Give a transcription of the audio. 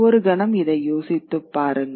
ஒரு கணம் இதை யோசித்துப் பாருங்கள்